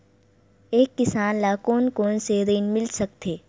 एक किसान ल कोन कोन से ऋण मिल सकथे?